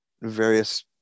various